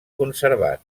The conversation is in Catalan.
conservat